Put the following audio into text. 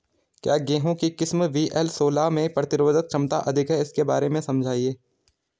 क्या गेहूँ की किस्म वी.एल सोलह में प्रतिरोधक क्षमता अधिक है इसके बारे में समझाइये?